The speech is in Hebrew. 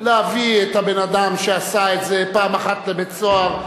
להביא את הבן-אדם שעשה את זה פעם אחת לבית-סוהר,